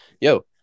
yo